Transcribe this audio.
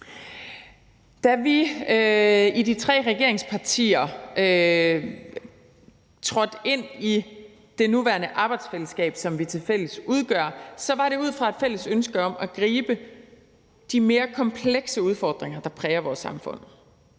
Da vi i de tre regeringspartier trådte ind i det nuværende arbejdsfællesskab, som vi sammen udgør, var det ud fra et fælles ønske om at gribe de mere komplekse udfordringer, der præger vores samfund.